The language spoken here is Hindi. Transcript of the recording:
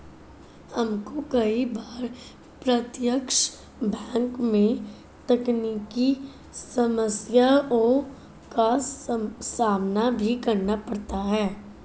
हमको कई बार प्रत्यक्ष बैंक में तकनीकी समस्याओं का सामना भी करना पड़ता है